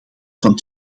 van